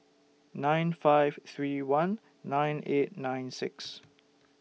nine five three one nine eight nine six